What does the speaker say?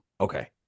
Okay